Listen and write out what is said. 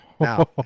Now